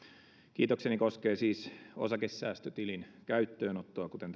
kiitokseni koskee siis osakesäästötilin käyttöönottoa kuten